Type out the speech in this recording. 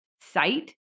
sight